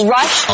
Rush